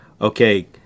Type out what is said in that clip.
okay